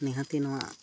ᱱᱤᱦᱟᱹᱛᱤ ᱱᱚᱣᱟ